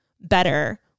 better